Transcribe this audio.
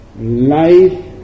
life